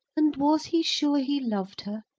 and was he sure he loved her?